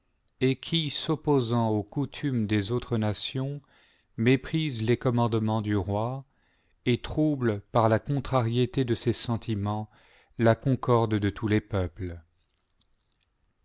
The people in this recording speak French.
et qui s'opposant aux coutumes des autres nations méprise les commandements du roi et trouble par la contrariété de ses sentiments la concorde de tous les peuples